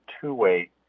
two-way